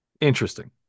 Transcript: Interesting